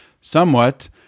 somewhat